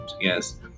Yes